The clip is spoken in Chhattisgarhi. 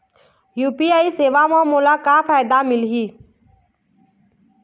यू.पी.आई सेवा म मोला का फायदा मिलही?